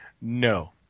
no